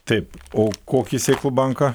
taip o kokį sėklų banką